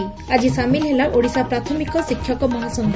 ଆଜି ସାମିଲ ହେଲା ଓଡ଼ିଶା ପ୍ରାଥମିକ ଶିକ୍ଷକ ମହାସଂଘ